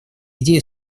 идея